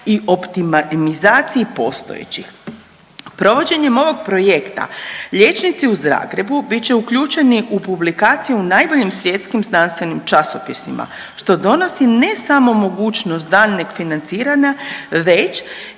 i optimizaciji postojećih. Provođenjem ovog projekta liječnici u Zagrebu bit će uključeni u publikacije u najboljim svjetskim znanstvenim časopisima što donosi ne samo mogućnost daljnjeg financiranja već